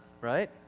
right